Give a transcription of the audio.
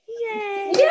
yay